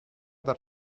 dal